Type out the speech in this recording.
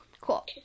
Cool